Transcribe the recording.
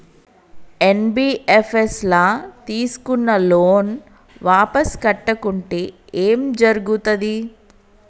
NBFS ల తీస్కున్న loan వాపస్ కట్టకుంటే ఏం జర్గుతది?